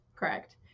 Correct